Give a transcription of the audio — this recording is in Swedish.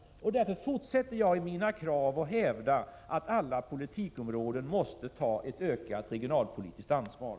Därför fortsätter jag att ställa krav och hävda att man på alla politikområden måste ta ett ökat regionalpolitiskt ansvar.